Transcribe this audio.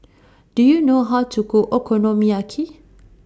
Do YOU know How to Cook Okonomiyaki